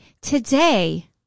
Today